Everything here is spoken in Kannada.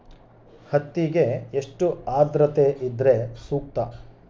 ಹತ್ತಿಗೆ ಎಷ್ಟು ಆದ್ರತೆ ಇದ್ರೆ ಸೂಕ್ತ?